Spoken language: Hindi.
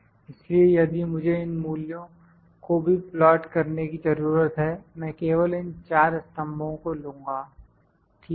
इसलिए यदि मुझे इन मूल्यों को भी प्लाट करने की जरूरत है मैं केवल इन चार स्तंभों को लूँगा ठीक है